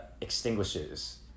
Extinguishes